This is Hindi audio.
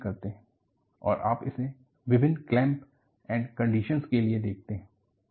और आप इसे विभिन्न क्लैम्पड एंड कन्डिशन के लिए देखते हैं